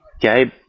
Gabe